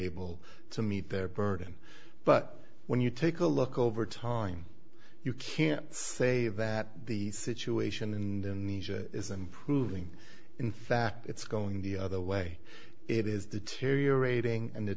able to meet their burden but when you take a look over time you can say that the situation in is and proving in fact it's going the other way it is deteriorating and